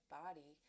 body